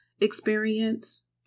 experience